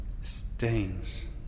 Stains